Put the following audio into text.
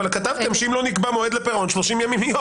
אבל כתבתם שאם לא נקבע מועד לפירעון 30 יום.